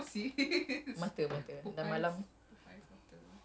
oh my god I read your your bottle is !alamak!